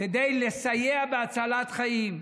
כדי לסייע בהצלת חיים.